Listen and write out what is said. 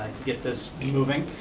get this moving.